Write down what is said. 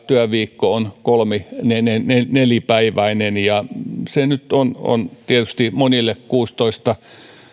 työviikko on kolmi nelipäiväinen ja se nyt on tietysti monille kuusitoista